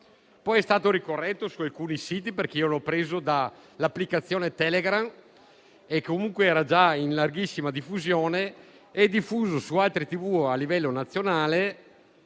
poi è stato corretto su alcuni siti, perché l'ho preso dall'applicazione Telegram e comunque era già in larghissima diffusione (è stato diffuso su alcune TV a livello nazionale,